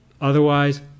Otherwise